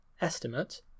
estimate